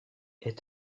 est